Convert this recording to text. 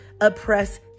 oppress